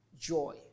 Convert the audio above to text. Joy